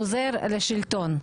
חוזר לשלטון.